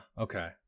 okay